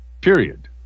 Period